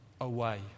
away